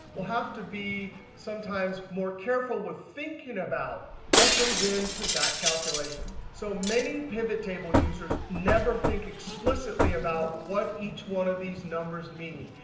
we'll have to be sometimes more careful with thinking about what goes into that calculation. so many pivot table users never think explicitly about what each one of these numbers mean.